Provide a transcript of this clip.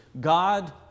God